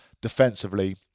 defensively